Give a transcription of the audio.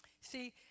See